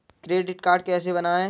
Credit card कैसे बनवाएँ?